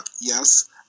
Yes